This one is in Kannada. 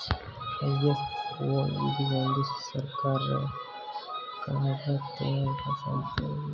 ಐ.ಎಸ್.ಒ ಇದು ಒಂದು ಸರ್ಕಾರೇತರ ಸಂಸ್ಥೆ ಆಗಿದೆ